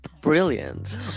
brilliant